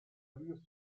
allures